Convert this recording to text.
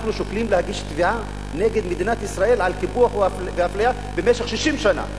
אנחנו שוקלים להגיש תביעה נגד מדינת ישראל על קיפוח ואפליה במשך 60 שנה.